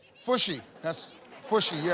fushy. that's fushy, yeah.